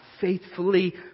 faithfully